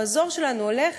האזור שלנו הולך